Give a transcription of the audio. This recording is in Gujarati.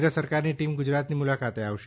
કેન્દ્ર સરકારની ટીમ ગુજરાતની મુલાકાતે આવશે